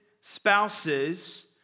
spouses